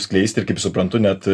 skleisti ir kaip suprantu net